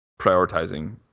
prioritizing